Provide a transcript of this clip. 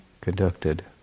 conducted